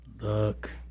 Look